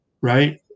right